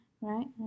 Right